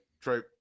true